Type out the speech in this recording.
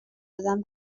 دادن